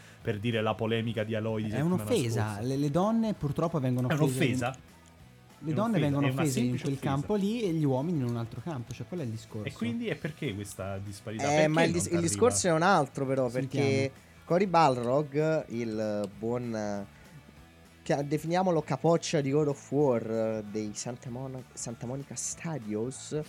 per dire la polemica di Aloy di È settimana un'offesa, scorsa. le- le donne purtroppo vengono È offese in- un'offesa. le È donne un'offesa, vengono è una offese in semplice quel offesa. campo lì e gli uomini in un altro campo, cioè quello è il E discorso. quindi è perché questa disparità? Eh, ma Perché il dis- non il t'arriva? discorso è un altro però, Sentiamo. perché Cory Balrog, il buon, eh, chi- definiamolo capoccia di God of War, eh, dei Santa Mon- Santa Monica Studios,